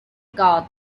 god